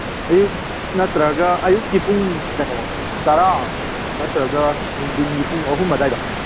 ꯑꯌꯨꯛ ꯅꯠꯇ꯭ꯔꯒ ꯑꯌꯨꯛꯀꯤ ꯄꯨꯡ ꯀꯩꯅꯣ ꯇꯔꯥ ꯅꯠꯇ꯭ꯔꯒ ꯅꯨꯡꯗꯤꯟ ꯄꯨꯡ ꯑꯍꯨꯝ ꯑꯗꯥꯏꯗ